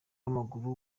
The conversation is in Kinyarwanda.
w’amaguru